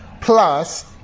plus